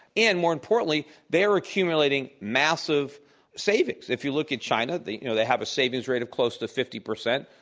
and more importantly, they're accumulating massive savings. if you look at china, they you know they have a savings rate of close to fifty percent.